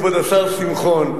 כבוד השר שמחון,